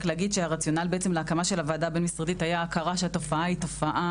הרציונל בעצם להקמה של הוועדה הבין-משרדית היה הכרה שהתופעה היא תופעה